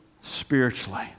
spiritually